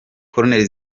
koruneli